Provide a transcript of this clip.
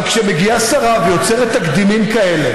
אבל כשמגיעה שרה ויוצרת תקדימים כאלה